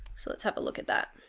so let's have a look at that.